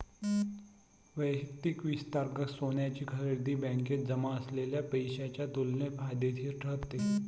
वैयक्तिक वित्तांतर्गत सोन्याची खरेदी ही बँकेत जमा झालेल्या पैशाच्या तुलनेत फायदेशीर ठरते